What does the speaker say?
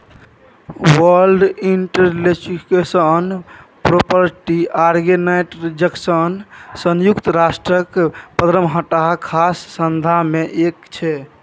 world Intellectual Property Organization संयुक्त राष्ट्रक पंद्रहटा खास संस्था मे एक छै